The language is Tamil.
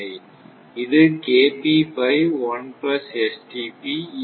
இது இது